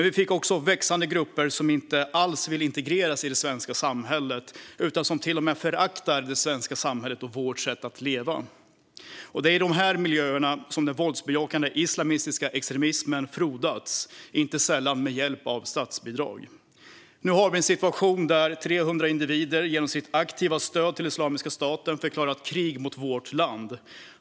Vi fick också växande grupper som inte alls ville integrera sig i det svenska samhället utan som till och med föraktar det svenska samhället och vårt sätt att leva. Det är i de miljöerna som den våldsbejakande islamistiska extremismen frodats, inte sällan med hjälp av statsbidrag. Nu har vi en situation där 300 individer genom sitt aktiva stöd till Islamiska staten förklarat krig mot vårt land.